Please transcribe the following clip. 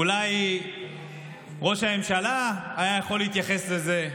אולי ראש הממשלה היה יכול להתייחס לזה,